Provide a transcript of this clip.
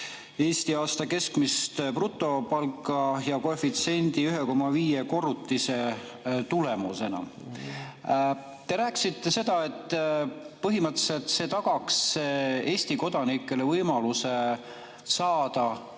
Eesti aasta keskmise brutopalga ja koefitsiendi 1,5 korrutisega [võrdset palka]. Te rääkisite, et põhimõtteliselt see tagaks Eesti kodanikele võimaluse saada